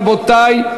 רבותי,